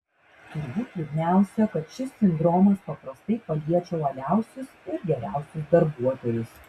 turbūt liūdniausia kad šis sindromas paprastai paliečia uoliausius ir geriausius darbuotojus